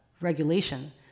regulation